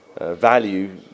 value